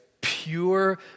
pure